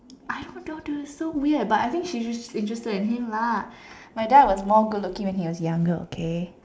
I don't know dude it's so weird but I think she just interested in him lah my dad was more good looking when he was younger okay